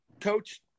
coach